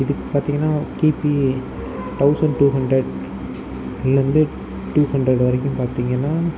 இதுக்கு பார்த்தீங்கன்னா கிபி தௌசண்ட் டூ ஹண்ட்ரட்லிருந்து டூ ஹண்ட்ரட் வரைக்கும் பார்த்திங்கன்னா